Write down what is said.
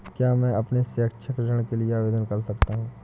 क्या मैं अपने शैक्षिक ऋण के लिए आवेदन कर सकता हूँ?